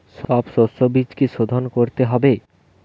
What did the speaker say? সব শষ্যবীজ কি সোধন করতে হবে?